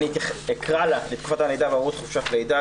אני אקרא לתקופות הלידה וההורות חופשת לידה,